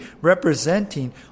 representing